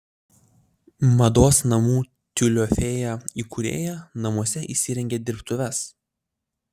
mados namų tiulio fėja įkūrėja namuose įsirengė dirbtuves